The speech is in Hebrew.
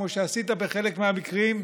כמו שעשית בחלק מהמקרים,